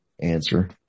answer